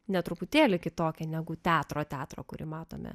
net truputėlį kitokia negu teatro teatro kurį matome